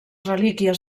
relíquies